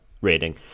rating